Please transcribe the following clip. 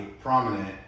prominent